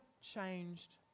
changed